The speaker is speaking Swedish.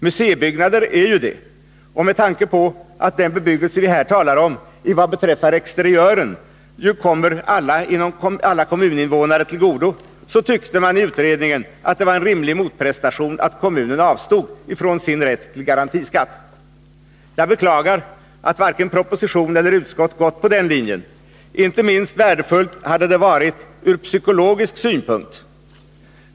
Museibyggnader är ju det. Med tanke på att den bebyggelse vi här talar om vad beträffar exteriören ju kommer alla kommuninvånare till godo tyckte man i utredningen att det var en rimlig motprestation att kommunen avstod från sin rätt till garantiskatt. Jag beklagar att varken proposition eller utskott gått på den linjen. Inte minst ur psykologisk synpunkt hade det varit värdefullt.